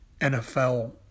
NFL